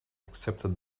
accepted